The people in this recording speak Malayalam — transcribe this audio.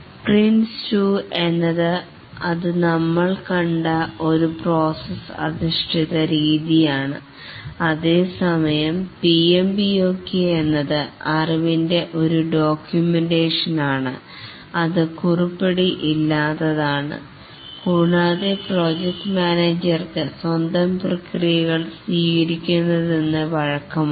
PRINCE2 എന്നത് അത് നമ്മൾ കണ്ട ഒരു പ്രോസസ്സ് അധിഷ്ഠിത രീതിയാണ് അതേസമയം PMBOK എന്നത് അറിവിൻറെ ഒരു ഡോക്യൂമെന്റഷൻ ആണ് അത് കുറുപ്പടി ഇല്ലാത്തതാണ് കൂടാതെ പ്രോജക്റ്റ് മാനേജർക്ക് സ്വന്തംപ്രക്രിയകൾ സ്വീകരിക്കരുതെന്ന് വഴക്കമുണ്ട്